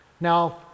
Now